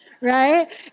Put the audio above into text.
right